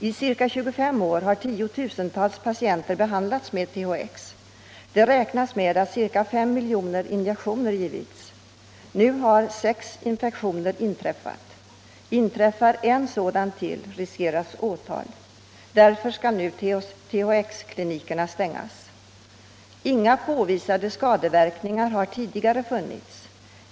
Under ca 25 år har tiotusentals patienter behandlats med THX. Man beräknar att ca 5 miljoner injektioner givits. Nu har sex infektioner inträffat. Inträffar ytterligare en infektion, riskerar doktor Sandberg åtal. Därför skall nu THX-klinikerna stängas. Inga skadeverkningar har tidigare kunnat påvisas.